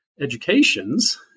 educations